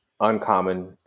uncommon